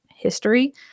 History